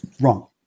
wrong